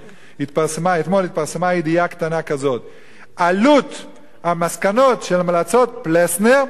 אתמול התפרסמה ידיעה קטנה כזאת: עלות המסקנות של המלצות פלסנר,